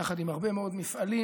יחד עם הרבה מאוד מפעלים